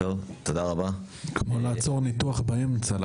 לעצור ככה טיפול כזה אחרי שנה זה כמו לעצור ניתוח באמצע.